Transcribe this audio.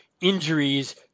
injuries